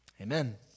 amen